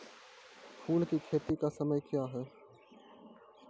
फुल की खेती का समय क्या हैं?